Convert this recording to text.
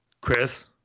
Chris